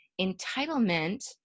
entitlement